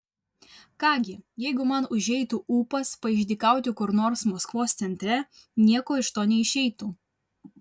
ką gi jeigu man užeitų ūpas paišdykauti kur nors maskvos centre nieko iš to neišeitų